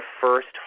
first